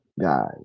guys